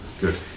Good